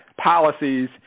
policies